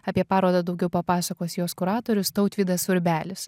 apie parodą daugiau papasakos jos kuratorius tautvydas urbelis